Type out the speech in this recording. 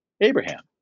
Abraham